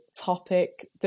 topic